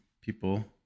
people